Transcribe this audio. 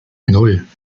nan